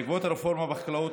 בעקבות הרפורמה בחקלאות,